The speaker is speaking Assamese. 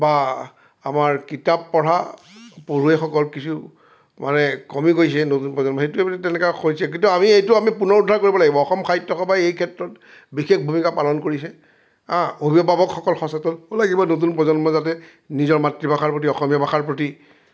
বা আমাৰ কিতাপ পঢ়া পঢ়ুৱৈসকল কিছু মানে কমি গৈছে নতুন প্ৰজন্মৰ সেইটো মানে তেনেকা হৈছে কিন্তু আমি এইটো আমি পুনৰুদ্ধাৰ কৰিব লাগিব অসম সাহিত্য সভাই এই ক্ষেত্ৰত বিশেষ ভূমিকা পালন কৰিছে অভিভাৱকসল সচেতন হ'ব লাগিব নতুন প্ৰজন্মই যাতে নিজৰ মাতৃভাষাৰ প্ৰতি অসমীয়া ভাষাৰ প্ৰতি